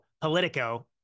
politico